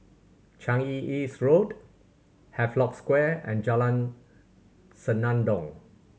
Changi East Road Havelock Square and Jalan Senandong